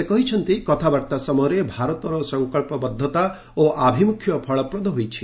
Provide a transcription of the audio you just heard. ସେ କହିଛନ୍ତି କଥାବାର୍ତ୍ତା ସମୟରେ ଭାରତର ସଂକଳ୍ପବଦ୍ଧତା ଓ ଆଭିମୁଖ୍ୟ ଫଳପ୍ଦ ହୋଇଛି